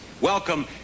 Welcome